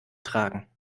tragen